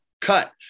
cut